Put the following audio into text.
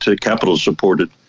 capital-supported